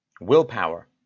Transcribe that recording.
Willpower